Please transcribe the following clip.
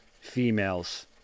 females